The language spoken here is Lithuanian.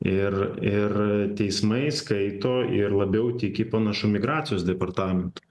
ir ir teismai skaito ir labiau tiki panašu migracijos departamentu